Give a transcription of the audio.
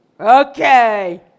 Okay